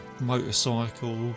motorcycle